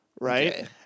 right